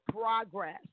progress